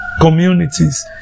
communities